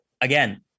Again